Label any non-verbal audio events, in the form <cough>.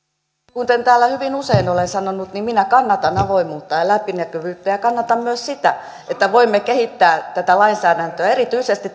kuten täällä hyvin usein olen sanonut minä kannatan avoimuutta ja läpinäkyvyyttä ja kannatan myös sitä että voimme kehittää tätä lainsäädäntöä erityisesti <unintelligible>